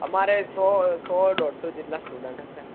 અમારે સો સો દોઢસો જેટલા સ્ટુડન્ટ હશે